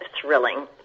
thrilling